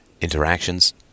interactions